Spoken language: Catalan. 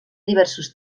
diversos